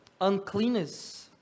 uncleanness